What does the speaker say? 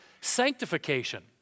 sanctification